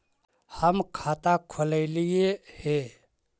हम खाता खोलैलिये हे?